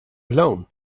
alone